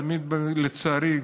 לצערי,